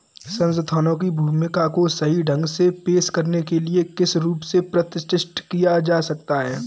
संस्थानों की भूमिका को सही ढंग से पेश करने के लिए किस रूप से प्रतिष्ठित किया जा सकता है?